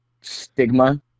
stigma